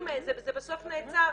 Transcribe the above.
וזה בסוף נעצר,